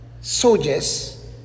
soldiers